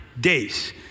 days